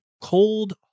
cold